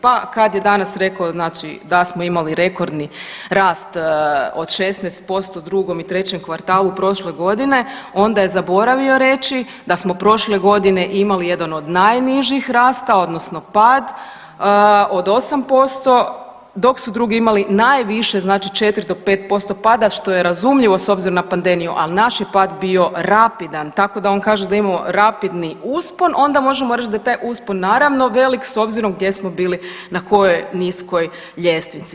Pa kad je danas rekao znači da smo imali rekordni rast od 16% u 2. i 3. kvartalu prošle godine, onda je zaboravio reći da smo prošle godine imali jedan od najnižih rasta odnosno pad od 8%, dok su drugi imali najviše znači 4-5% pada, što je razumljivo s obzirom na pandemiju, ali naš je pad bio rapidan, tako da on kaže da imamo rapidni uspon, onda možemo reći da taj uspon, naravno velik, s obzirom gdje smo bili, na kojoj niskoj ljestvici.